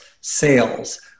sales